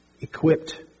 equipped